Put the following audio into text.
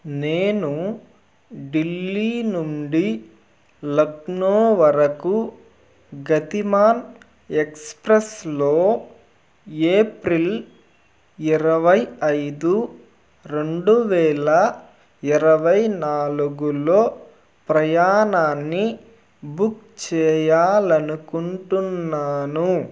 నేనూ ఢిల్లీ నుండి లక్నో వరకు గతిమాన్ ఎక్స్ప్రెస్లో ఏప్రిల్ ఇరవై ఐదు రెండు వేల ఇరవై నాలుగులో ప్రయాణాన్ని బుక్ చేయాలనుకుంటున్నాను